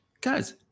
Guys